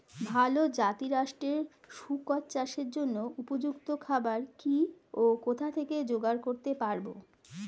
ভালো জাতিরাষ্ট্রের শুকর চাষের জন্য উপযুক্ত খাবার কি ও কোথা থেকে জোগাড় করতে পারব?